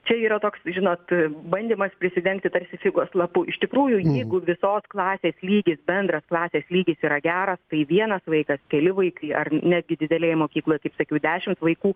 čia yra toks žinot bandymas prisidengti tarsi figos lapu iš tikrųjų jeigu visos klasės lygis bendras klasės lygis yra geras tai vienas vaikas keli vaikai ar netgi didelėj mokykloj kaip sakiau dešimt vaikų